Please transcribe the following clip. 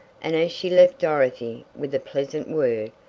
and as she left dorothy, with a pleasant word,